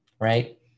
right